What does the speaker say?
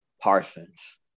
Parsons